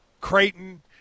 Creighton